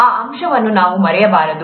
ಆ ಅಂಶವನ್ನು ನಾವು ಮರೆಯಬಾರದು